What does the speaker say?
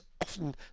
often